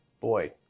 boy